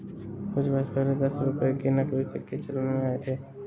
कुछ वर्ष पहले दस रुपये के नकली सिक्के चलन में आये थे